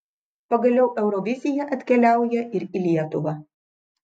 pagaliau eurovizija atkeliauja ir į lietuvą